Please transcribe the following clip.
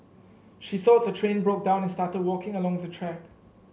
she thought the train broke down and started walking along the track